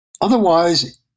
Otherwise